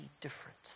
different